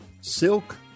Silk